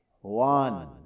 one